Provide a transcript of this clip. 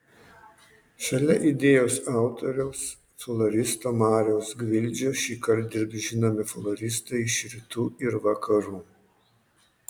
šalia idėjos autoriaus floristo mariaus gvildžio šįkart dirbs žinomi floristai iš rytų ir vakarų